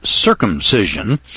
circumcision